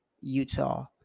Utah